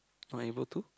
not able to